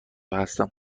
هستم